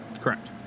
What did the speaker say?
Correct